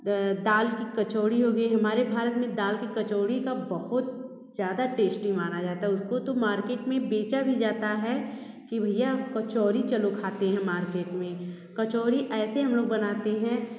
दाल की कचौरी हो गई हमारे भारत में दाल की कचौरी का बहुत ज़्यादा टेश्टी माना जाता है उसको तो मार्केट में बेचा भी जाता है कि भैया कचौरी चलो खाते हैं मार्केट में कचौरी ऐसे हम लोग बनाते हैं